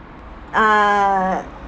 uh